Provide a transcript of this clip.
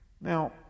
Now